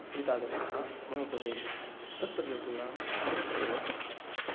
एतादृशः मम प्रदेशः तत्र ऋतूनां वर्तते एव प्रभावः